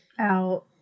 out